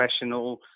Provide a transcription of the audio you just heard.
professional